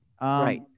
right